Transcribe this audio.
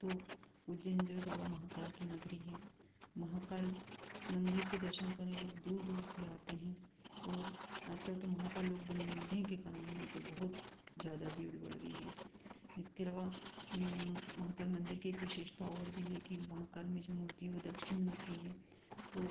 तो उज्जैन जो है बाबा महाकाल की नगरी है महाकाल मंदिर के दर्शन करें लोग दूर दूर से आते हैं और आजकल तो महाकाल लोक बनने के कारण यहाँ पे बहुत ज़्यादा भीड़ बढ़ गई है इसके अलावा महाकाल मंदिर की एक विशेषता और भी है कि महाकाल में जो मूर्ति है वो दक्षिणमुखी है तो